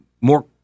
more